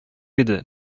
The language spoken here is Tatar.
иде